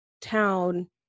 town